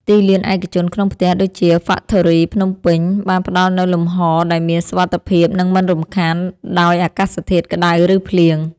ទីលានឯកជនក្នុងផ្ទះ ដូចជា ហ្វាក់ថូរី ភ្នំពេញ បានផ្ដល់នូវលំហដែលមានសុវត្ថិភាព និងមិនរំខានដោយអាកាសធាតុក្ដៅ ឬភ្លៀង។